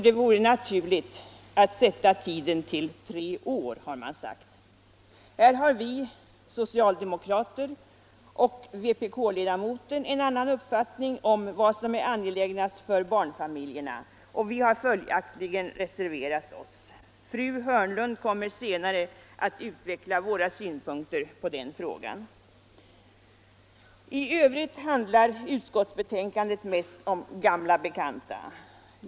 Det vore naturligt att sätta tiden för ledighet till tre år, har man sagt. Här har vi socialdemokrater och vpk-ledamoten en annan uppfattning om vad som är angelägnast för barnfamiljerna, och vi har följaktligen reserverat oss. Fru Hörnlund kommer senare att utveckla våra synpunkter på den frågan. I övrigt handlar utskottsbetänkandet mest om gamla bekanta.